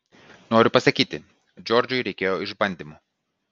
noriu pasakyti džordžui reikėjo išbandymų